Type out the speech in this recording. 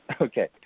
Okay